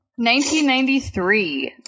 1993